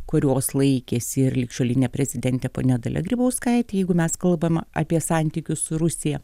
kurios laikėsi ir ligšiolinė prezidentė ponia dalia grybauskaitė jeigu mes kalbam apie santykius su rusija